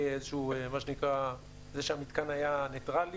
זה שהמיתקן היה ניטרלי,